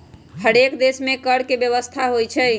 हरेक देश में कर के व्यवस्था होइ छइ